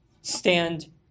stand